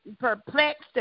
perplexed